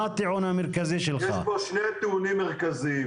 יש פה שני נתונים מרכזיים.